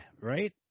right